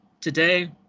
today